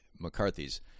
McCarthy's